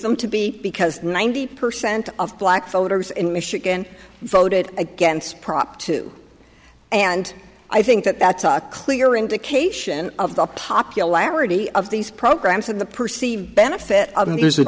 them to be because ninety percent of black voters in michigan voted against prop two and i think that that's a clear indication of the popularity of these programs and the perceived benefit of them there's a